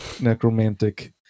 necromantic